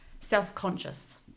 self-conscious